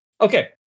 Okay